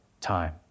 time